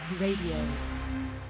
Radio